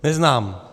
Neznám.